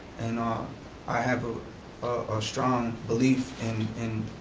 and um i have ah a strong belief in in